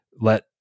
let